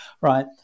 right